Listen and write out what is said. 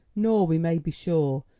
nor, we may be sure,